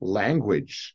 language